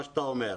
מה שאתה אומר.